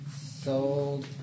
Sold